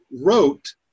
wrote